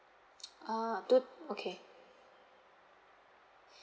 ah two okay